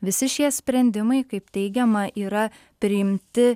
visi šie sprendimai kaip teigiama yra priimti